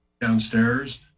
downstairs